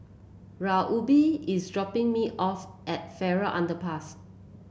Reubin is dropping me off at Farrer Underpass